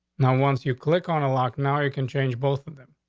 now, once you click on a lock now, you can change both of them.